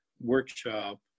workshop